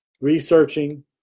researching